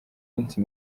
minsi